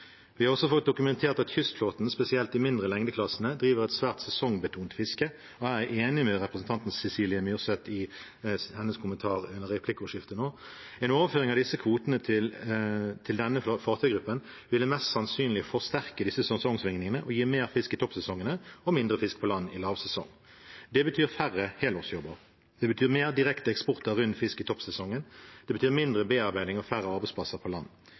Vi har også fått dokumentert at kystflåten, spesielt de mindre lengdeklassene, driver et svært sesongbetont fiske, og her er jeg enig med representanten Cecilie Myrseth i hennes kommentar under replikkordskiftet nå. En overføring av disse kvotene til denne fartøygruppen ville mest sannsynlig forsterke disse sesongsvingningene og gi mer fisk i toppsesongene og mindre fisk på land i lavsesongen. Det betyr færre helårsjobber. Det betyr mer direkte eksport av rund fisk i toppsesongen. Det betyr mindre bearbeiding og færre arbeidsplasser på land.